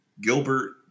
Gilbert